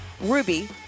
Ruby